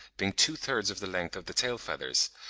being two-thirds of the length of the tail-feathers,